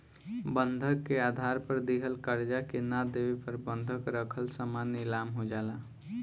बंधक के आधार पर दिहल कर्जा के ना देवे पर बंधक रखल सामान नीलाम हो जाला